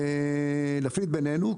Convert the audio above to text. להפריד בינינו,